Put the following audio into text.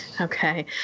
Okay